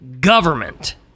government